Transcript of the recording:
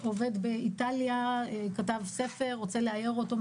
עובד באיטליה כתב ספר ורוצה לאייר אותו,